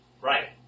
Right